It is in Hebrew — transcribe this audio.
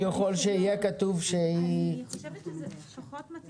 אני חושבת שזה פחות מתאים.